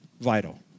vital